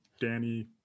Danny